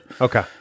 Okay